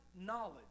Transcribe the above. knowledge